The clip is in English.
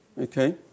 okay